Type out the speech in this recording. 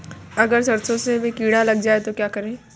अगर सरसों में कीड़ा लग जाए तो क्या करें?